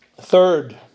Third